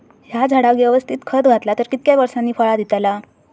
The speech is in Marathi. हया झाडाक यवस्तित खत घातला तर कितक्या वरसांनी फळा दीताला?